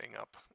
up